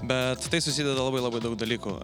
bet tai susideda labai labai daug dalykų